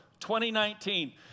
2019